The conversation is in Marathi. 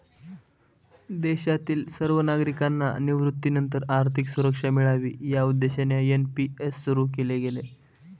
देशातील सर्व नागरिकांना निवृत्तीनंतर आर्थिक सुरक्षा मिळावी या उद्देशाने एन.पी.एस सुरु केले गेले